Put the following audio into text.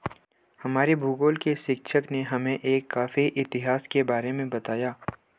हमारे भूगोल के शिक्षक ने हमें एक कॉफी इतिहास के बारे में बताया